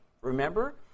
Remember